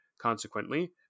Consequently